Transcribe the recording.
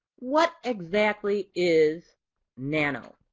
what exactly is nano.